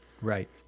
Right